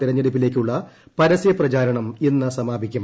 തെരഞ്ഞെടുപ്പിലേക്കുള്ള് പരസ്യ പ്രചാരണം ഇന്ന് സമാപിക്കും